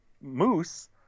moose